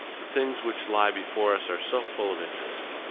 the things which lie before us are so full of interest.